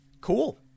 Cool